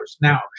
Now